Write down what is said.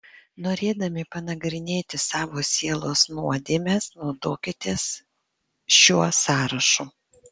norėdami panagrinėti savo sielos nuodėmes naudokitės šiuo sąrašu